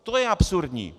To je absurdní!